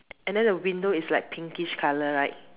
and then the window is like pinkish color right